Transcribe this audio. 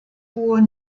hohe